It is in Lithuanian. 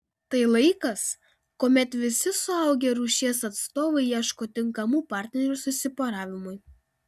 tai laikas kuomet visi suaugę rūšies atstovai ieško tinkamų partnerių susiporavimui